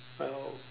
!aiyo!